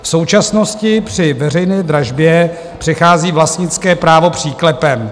V současnosti při veřejné dražbě přechází vlastnické právo příklepem.